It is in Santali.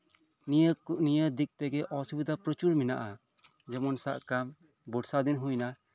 ᱱᱤᱭᱟᱹ ᱫᱤᱠ ᱫᱤᱭᱮ ᱚᱥᱩᱵᱤᱫᱷᱟ ᱯᱨᱚᱪᱩᱨ ᱢᱮᱱᱟᱜ ᱠᱟᱫᱟ ᱡᱮᱢᱚᱱ ᱥᱟᱵ ᱠᱟᱜ ᱢᱮ ᱵᱚᱨᱥᱟ ᱫᱤᱱ ᱦᱩᱭ ᱱᱟ